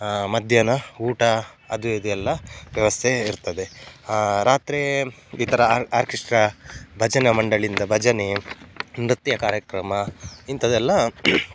ಮಧ್ಯಾಹ್ನ ಊಟ ಅದು ಇದು ಎಲ್ಲ ವ್ಯವಸ್ಥೆ ಇರ್ತದೆ ರಾತ್ರಿ ಈ ಥರ ಆರು ಆರ್ಕೆಶ್ಟ್ರಾ ಭಜನಾ ಮಂಡಳಿಯಿಂದ ಭಜನಾ ನೃತ್ಯ ಕಾರ್ಯಕ್ರಮ ಇಂಥದ್ದೆಲ್ಲ